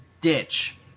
ditch